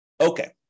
Okay